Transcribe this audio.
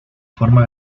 forma